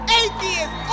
atheist